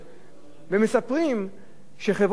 וסיפרו שחברות הביטוח,